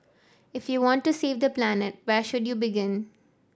if you want to save the planet where should you begin